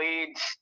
leads